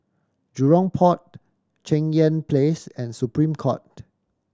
Jurong Port Cheng Yan Place and Supreme Court